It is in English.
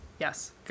yes